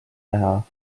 näha